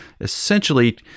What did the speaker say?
essentially